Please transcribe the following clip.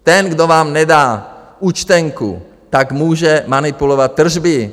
Ten, kdo vám nedá účtenku, může manipulovat tržby.